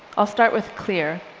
i'll start with clear.